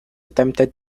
attempted